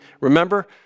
remember